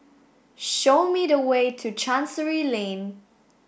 show me the way to Chancery Lane